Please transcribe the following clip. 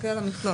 תסתכל על המכלול.